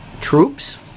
troops